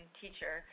teacher